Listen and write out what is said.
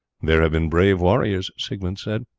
there have been brave warriors, seigbert said,